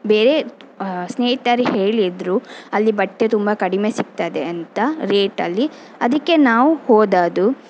ಬೇರೆ ಸ್ನೇಹಿತರು ಹೇಳಿದ್ದರು ಅಲ್ಲಿ ಬಟ್ಟೆ ತುಂಬ ಕಡಿಮೆ ಸಿಗ್ತದೆ ಅಂತ ರೇಟಲ್ಲಿ ಅದಕ್ಕೆ ನಾವು ಹೋದದ್ದು